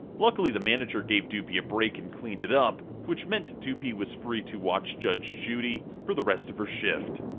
luckily the manager gave doopie a break and cleaned it up, which meant doopie was free to watch judge judy for the rest of her shift!